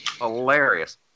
Hilarious